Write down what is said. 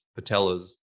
patellas